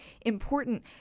important